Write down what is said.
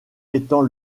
étant